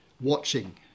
watching